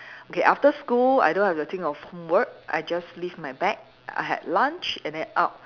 okay after school I don't have to think of homework I just leave my bag I had lunch and then out